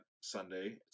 Sunday